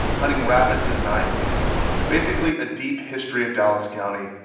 hunting rabbits at night basically a deep history of dallas county,